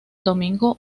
domingo